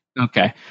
Okay